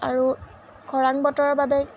আৰু খৰাং বতৰৰ বাবে